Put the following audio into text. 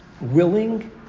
willing